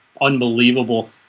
unbelievable